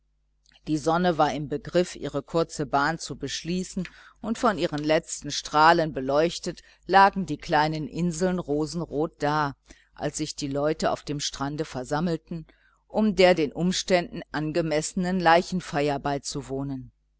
die sonne war im begriff ihre kurze bahn zu beschließen und von ihren letzten strahlen beleuchtet lagen die kleinen inseln rosenrot da als sich die leute an dem strande versammelten um der den umständen angemessenen leichenfeier beizuwohnen